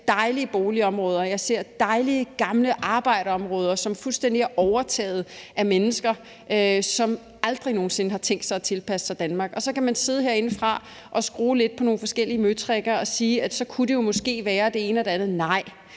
dejlige boligområder, dejlige gamle arbejderområder, som fuldstændig er overtaget af mennesker, som aldrig nogen sinde har tænkt sig at tilpasse sig Danmark. Så kan man sidde herindefra og skrue lidt på nogle forskellige møtrikker og sige, at så kunne det måske være og det ene og det andet. Nej,